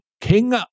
King